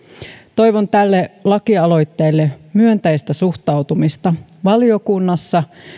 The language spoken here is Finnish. toivon tälle lakialoitteelle myönteistä suhtautumista valiokunnassa